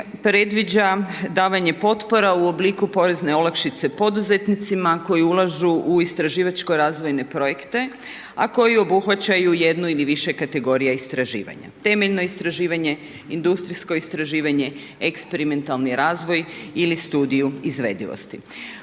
predviđa davanje potpora u obliku porezne olakšice poduzetnicima koji ulažu u istraživačko razvojne projekte, a koji obuhvaćaju jednu ili više kategorija istraživanja, temeljno istraživanje, industrijsko istraživanje, eksperimentalni razvoj ili studiju izvedivosti.